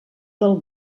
del